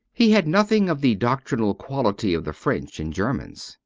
he had nothing of the doctrinal quality of the french and germans.